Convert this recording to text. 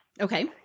Okay